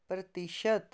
ਪ੍ਰਤੀਸ਼ਤ